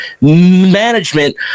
management